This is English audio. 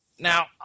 Now